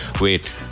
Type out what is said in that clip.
wait